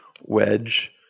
Wedge